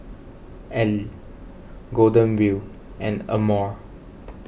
Elle Golden Wheel and Amore